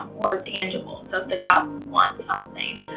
or tangible. so, if the child wants something.